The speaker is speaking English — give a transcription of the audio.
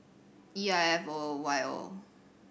E I F O Y O